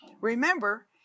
remember